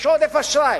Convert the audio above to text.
יש עודף אשראי.